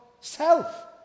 self